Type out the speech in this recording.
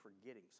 forgetting